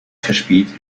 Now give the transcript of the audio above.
verspielt